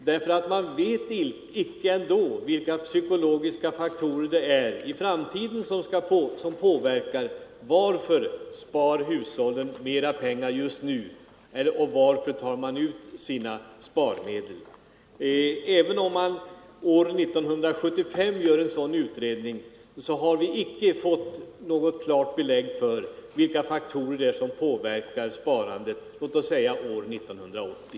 Man vet ändå inte t.ex. vilka psykologiska faktorer det blir i framtiden som gör att hushållen spar mera pengar under viss tid eller att man tar ut sina sparmedel. Även om vi år 1975 gör en sådan utredning, har vi icke fått något klart belägg för vilka faktorer det är som påverkar sparandet låt oss säga år 1980.